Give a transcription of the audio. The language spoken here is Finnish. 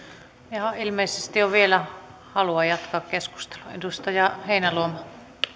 jaha ilmeisesti on vielä halua jatkaa keskustelua edustaja heinäluoma arvoisa puhemies